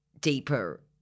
deeper